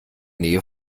nähe